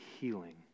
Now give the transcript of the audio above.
healing